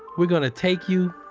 we're gonna take you,